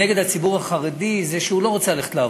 נגד הציבור החרדי זה שהוא לא רוצה ללכת לעבוד.